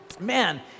man